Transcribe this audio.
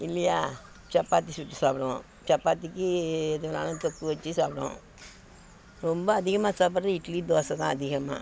இல்லையா சப்பாத்தி சுட்டு சாப்பிடுவோம் சப்பாத்திக்கு எது வேணாலும் தொக்கு வச்சி சாப்பிடுவோம் ரொம்ப அதிகமாக சாப்பிடுறது இட்லி தோசை தான் அதிகமாக